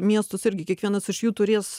miestus irgi kiekvienas iš jų turės